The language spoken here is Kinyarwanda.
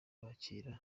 bakira